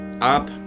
up